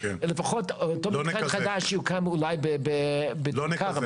אותו מתקן חדש יוקם אולי בטול כרם?